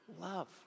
love